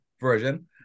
Version